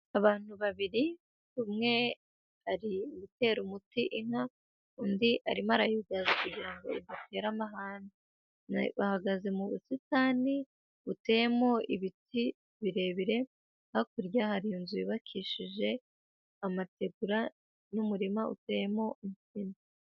Abantu babiri umwe ari gutera umuti inka, undi arimo arayugaza kugira ngo idatera amahane. Bahagaze mu busitani, buteyemo ibiti birebire, hakurya hari inzu yubakishije amatekura, n'umurima uteyemo insina.